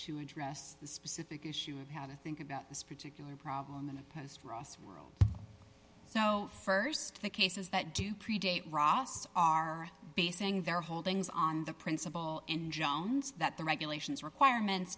to address the specific issue of how to think about this particular problem in opposed ross world so st the cases that do predate ross are basing their holdings on the principle in jones that the regulations requirements